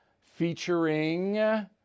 featuring